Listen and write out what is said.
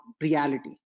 reality